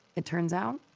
it turns out,